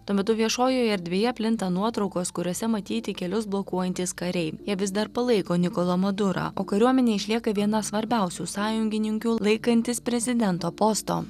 tuo metu viešojoje erdvėje plinta nuotraukos kuriose matyti kelius blokuojantys kariai jie vis dar palaiko nikolą madurą o kariuomenė išlieka viena svarbiausių sąjungininkių laikantis prezidento posto